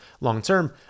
long-term